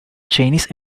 chinese